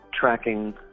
tracking